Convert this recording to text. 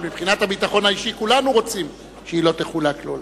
אבל מבחינת הביטחון האישי כולנו רוצים שהיא לא תחולק לעולם.